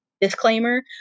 disclaimer